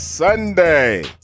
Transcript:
Sunday